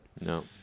No